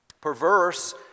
Perverse